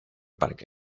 parque